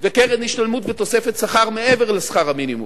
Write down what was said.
וקרן השתלמות ותוספת שכר מעבר לשכר המינימום,